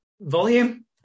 volume